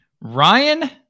Ryan